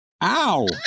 ow